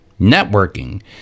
Networking